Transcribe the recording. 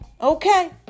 okay